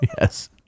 yes